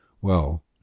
Well